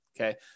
Okay